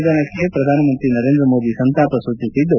ನಿಶಾದ್ ನಿಧನಕ್ಕೆ ಪ್ರಧಾನಮಂತ್ರಿ ನರೇಂದ್ರ ಮೋದಿ ಸಂತಾಪ ಸೂಚಿಸಿದ್ದು